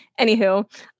Anywho